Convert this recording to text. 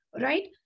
right